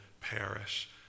perish